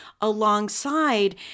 alongside